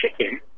chicken